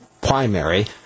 primary